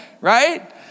right